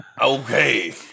Okay